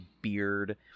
beard